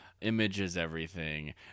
images-everything